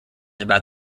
about